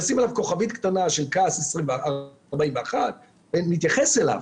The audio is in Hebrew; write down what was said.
נשים עליו כוכבית קטנה ונתייחס אליו,